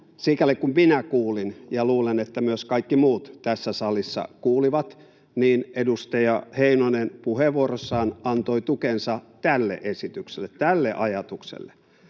Sikäli kun minä kuulin ja luulen, että myös kaikki muut tässä salissa kuulivat, niin edustaja Heinonen puheenvuorossaan antoi tukensa tälle esitykselle, tälle ajatukselle.